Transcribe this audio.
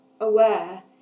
aware